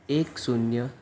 એક શૂન્ય